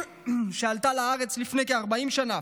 שעלתה לארץ לפני כ-40 שנה.